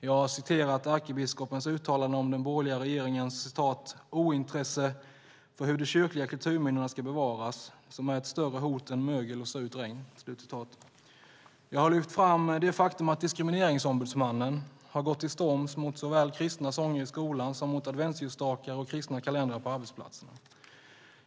Jag har citerat ärkebiskopens uttalande om den borgerliga regeringens ointresse för hur de kyrkliga kulturminnena ska bevaras, som är ett större hot än mögel och surt regn. Jag har lyft fram det faktum att diskrimineringsombudsmannen har varit emot såväl kristna sånger i skolan som mot adventsljusstakar och kristna kalendrar på arbetsplatsen.